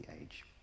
age